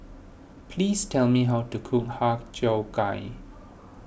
please tell me how to cook Har Cheong Gai